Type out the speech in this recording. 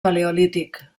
paleolític